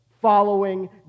following